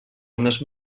unes